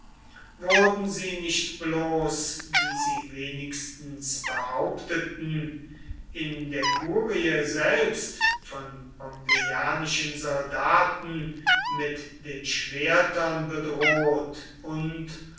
wurden sie nicht bloß wie sie wenigstens behaupteten in der kurie selbst von pompeianischen soldaten mit den schwertern bedroht und